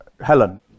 Helen